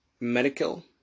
medical